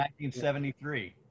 1973